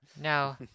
No